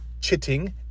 chitting